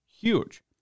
huge